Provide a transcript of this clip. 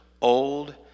old